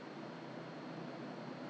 !huh! 真的吗还有吗现在